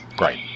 Right